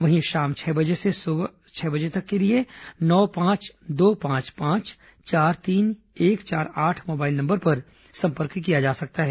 वहीं शाम छह बजे से सुबह छह बजे तक के लिए नौ पांच दो पांच पांच चार तीन एक चार आठ मोबाइल नंबर जारी किया गया है